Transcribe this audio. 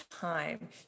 time